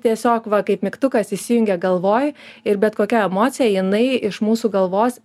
tiesiog va kaip mygtukas įsijungia galvoj ir bet kokia emocija jinai iš mūsų galvos